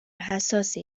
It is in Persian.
حساسی